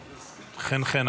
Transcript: --- חן-חן.